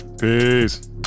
Peace